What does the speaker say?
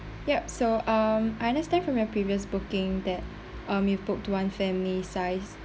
yup so um I understand from your previous booking that um you've booked one family size